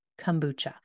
kombucha